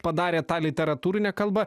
padarė tą literatūrinę kalbą